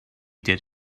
did